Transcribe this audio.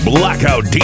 Blackout